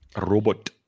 Robot